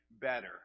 better